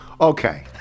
Okay